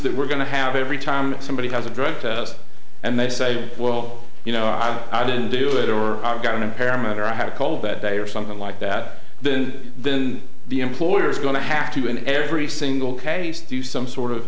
that we're going to have every time that somebody has a drug test and they say well you know i didn't do it or i've got an impairment or i have a cold that day or something like that then then the employer is going to have to in every single case do some sort of